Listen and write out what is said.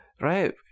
right